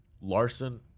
Larson